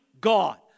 God